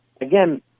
again